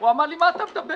הוא אמר לי: מה אתה מדבר?